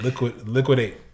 Liquidate